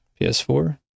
PS4